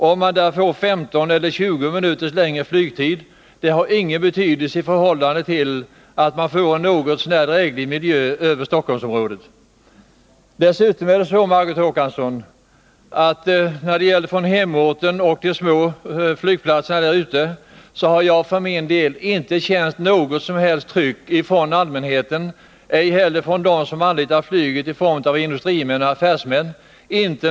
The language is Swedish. Om det blir 15 eller 20 minuters längre restid har ingen betydelse i förhållande till att man får en något så när dräglig miljö i Stockholmsområdet. När det gäller hemorten och de små flygplatserna ute i landet, Margot Håkansson, har jag inte känt något som helst tryck från allmänheten, ej heller från industrimän eller affärsmän.